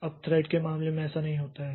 अब थ्रेड के मामले में ऐसा नहीं होता है